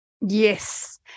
Yes